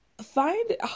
find